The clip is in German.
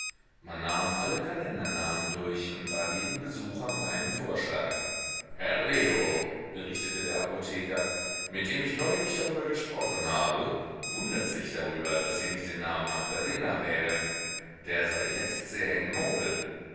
man nahm alle kalendernamen durch und bat jeden besucher um einen vorschlag herr leo berichtete der apotheker mit dem ich neulich darüber gesprochen habe wundert sich darüber daß sie nicht den namen magdalena wählen der sei jetzt sehr in mode